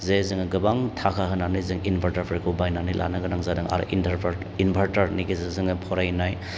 जे जोङो गोबां थाखा होनानै जोङो इनभार्टारफोरखौ बायनानै लानो गोनां जादों आरो इनभार्टारनि गेजेरजोंनो फरायनाय